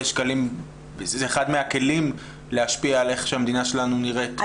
שקלים וזה אחד מהכלים להשפיע על איך שהמדינה שלנו נראית.